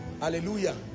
Hallelujah